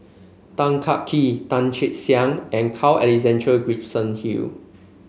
Tan Kah Kee Tan Che Sang and Carl Alexander Gibson Hill